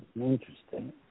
Interesting